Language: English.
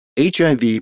HIV